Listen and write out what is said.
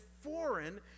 foreign